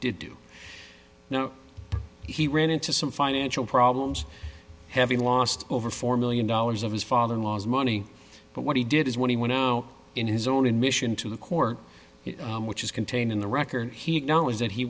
did do now he ran into some financial problems having lost over four million dollars of his father in law's money but what he did is when he went in his own admission to the court which is contained in the record he had no is that he